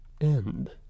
End